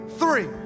three